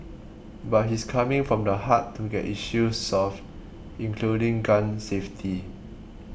but he's coming from the heart to get issues solved including gun safety